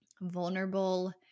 vulnerable